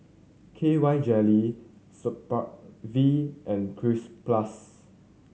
K Y Jelly Supravit and Cleanz Plus